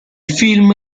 film